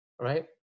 right